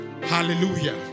Hallelujah